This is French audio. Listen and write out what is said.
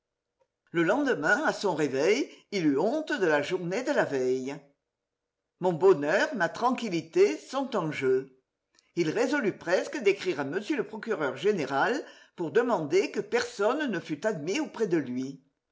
le lendemain à son réveil il eut honte de la journée de la veille mon bonheur ma tranquillité sont enjeu il résolut presque d'écrire à m le procureur général pour demander que personne ne fût admis auprès de lui